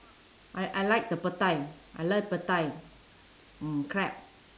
I I like the petai I like petai mm crab